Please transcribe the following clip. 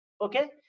Okay